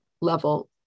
level